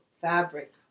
fabric